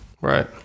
Right